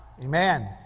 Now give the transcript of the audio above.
Amen